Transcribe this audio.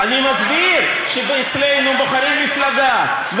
אני מסביר שאצלנו בוחרים מפלגה,